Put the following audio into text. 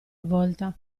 volta